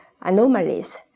anomalies